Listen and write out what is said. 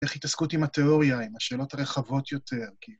‫איך התעסקות עם התיאוריה, ‫עם השאלות הרחבות יותר. כי